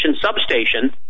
substation